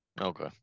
Okay